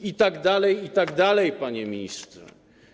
I tak dalej, i tak dalej, panie ministrze.